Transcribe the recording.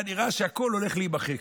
היה נראה שהכול הולך להימחק.